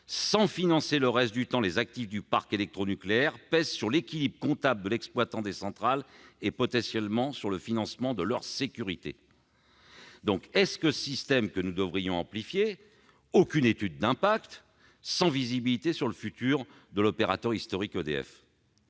sans financer le reste du temps les actifs du parc électronucléaire, pèse sur l'équilibre comptable de l'exploitant des centrales et, potentiellement, sur le financement de leur sécurité. » Devons-nous amplifier un tel système, sans aucune étude d'impact ni visibilité sur le futur de l'opérateur historique